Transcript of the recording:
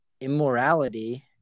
immorality